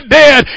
dead